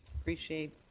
Appreciate